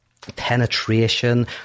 penetration